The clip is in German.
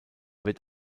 wird